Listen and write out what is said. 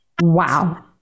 Wow